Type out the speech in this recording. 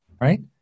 right